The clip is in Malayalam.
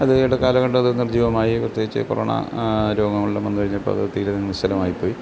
അത് ഇട കാലഘട്ടത്തിൽ നിർജീവമായി പ്രത്യേകിച്ച് കൊറോണ രോഗങ്ങളെല്ലാം വന്നു കഴിഞ്ഞപ്പം അത് തീരെ നിശ്ചലമായി പോയി